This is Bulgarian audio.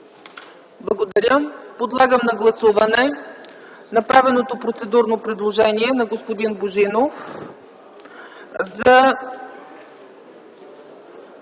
Благодаря. Подлагам на гласуване направеното процедурно предложение на господин Божинов за